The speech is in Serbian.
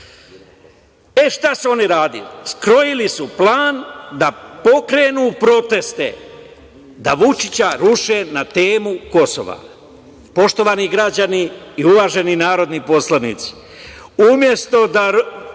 šta su oni radili? Skrojili su plan da pokrenu proteste, da Vučića ruše na temu Kosova. Poštovani građani i uvaženi narodni poslanici,